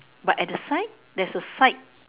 but at side there's a side